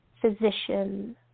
physician